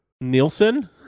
nielsen